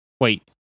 Wait